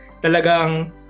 talagang